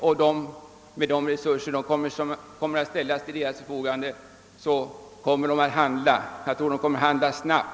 Ställs resurser till deras förfogande, kommer de att handla, och jag tror att de kommer att handla snabbt.